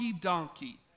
donkey